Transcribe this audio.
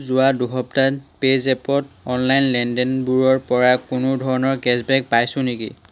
যোৱা দুসপ্তাহত পে'জেপত অনলাইন লেনদেনবোৰৰ পৰা কোনো ধৰণৰ কেশ্ববেক পাইছো নেকি